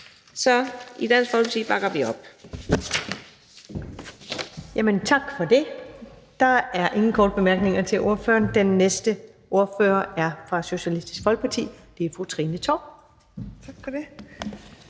Så Dansk Folkeparti bakker op